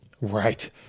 Right